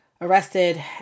arrested